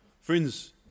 Friends